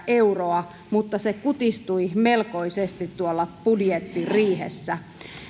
euroa mutta se kutistui melkoisesti budjettiriihessä